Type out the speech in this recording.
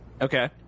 Okay